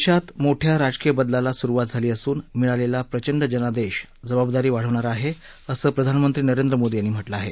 देशात मोठ्या राजकीय बदलाला सुरुवात झाली असून मिळालेला प्रचंड जनादेश जबाबदारी वाढवणारा आहे असं प्रधानमंत्री नरेंद्र मोदी यांनी म्हटलं आहे